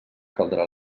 caldrà